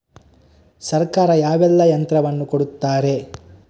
ಸರ್ಕಾರ ಯಾವೆಲ್ಲಾ ಯಂತ್ರವನ್ನು ಕೊಡುತ್ತಾರೆ?